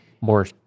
more